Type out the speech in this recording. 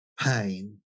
pain